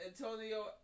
Antonio